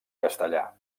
castellà